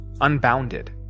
unbounded